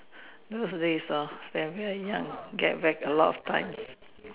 nowadays hor their very young get whack a lot of times